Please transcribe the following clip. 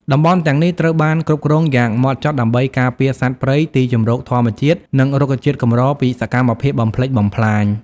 តំបន់ទាំងនេះត្រូវបានគ្រប់គ្រងយ៉ាងម៉ត់ចត់ដើម្បីការពារសត្វព្រៃ ទីជម្រកធម្មជាតិ និងរុក្ខជាតិកម្រពីសកម្មភាពបំផ្លិចបំផ្លាញ។